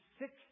six